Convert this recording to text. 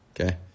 Okay